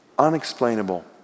unexplainable